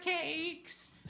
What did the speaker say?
cakes